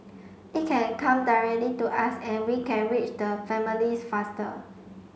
it can come directly to us and we can reach the families faster